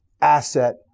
asset